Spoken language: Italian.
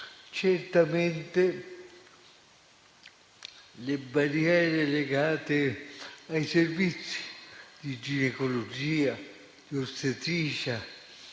Certamente le barriere legate ai servizi di ginecologia e di ostetricia